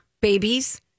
Babies